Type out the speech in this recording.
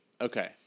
Okay